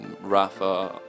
Rafa